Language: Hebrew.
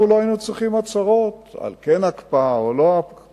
אנחנו לא היינו צריכים הצהרות על כן הקפאה או לא הקפאה.